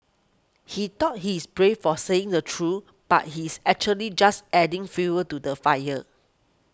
he thought he is brave for saying the truth but he's actually just adding fuel to the fire